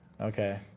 Okay